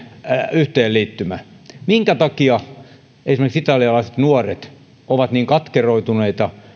yhteenliittymä minkä takia esimerkiksi italialaiset nuoret ovat niin katkeroituneita